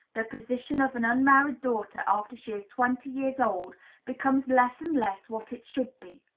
the position of an unmarried daughter after she is twenty years old becomes less and less what it should be.